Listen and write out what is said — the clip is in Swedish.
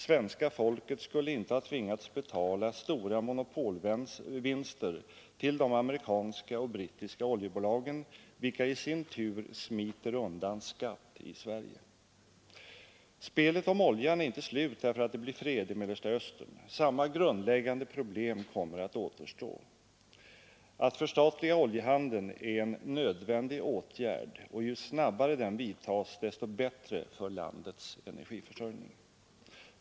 Svenska folket skulle inte ha tvingats betala stora monopolvinster till de amerikanska och brittiska oljebolagen, vilka i sin tur smiter undan skatt i Sverige. Spelet om oljan är inte slut därför att det blir fred i Mellersta Östern. Samma grundläggande problem kommer att återstå. Att förstatliga oljehandeln är en nödvändig åtgärd, och ju snabbare den vidtas, desto bättre är det för landets energiförsörjning.